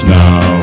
now